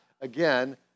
again